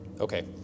Okay